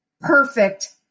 perfect